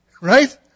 Right